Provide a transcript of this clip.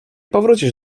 powrócisz